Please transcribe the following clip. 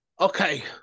Okay